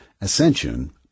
ascension